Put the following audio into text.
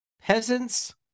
peasants